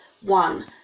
one